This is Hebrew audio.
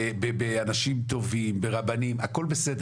באנשים טובים, ברבנים, הכל בסדר,